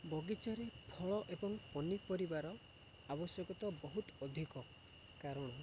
ବଗିଚାରେ ଫଳ ଏବଂ ପନିପରିବାର ଆବଶ୍ୟକତା ବହୁତ ଅଧିକ କାରଣ